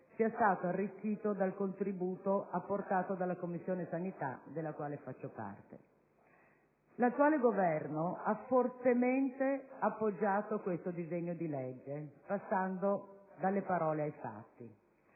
sia stato arricchito dal contributo apportato dalla Commissione sanità, della quale faccio parte. L'attuale Governo ha fortemente appoggiato questo disegno di legge, passando dalle parole ai fatti.